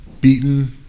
beaten